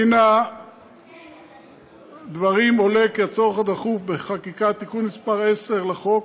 מן הדברים עולה הצורך הדחוף בחקיקת תיקון מס' 10 לחוק,